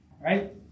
right